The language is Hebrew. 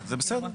זה בסדר.